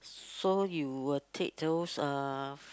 so you will take those uh